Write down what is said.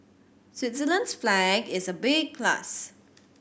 Switzerland's flag is a big plus